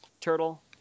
turtle